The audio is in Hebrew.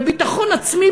בביטחון עצמי,